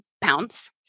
pounds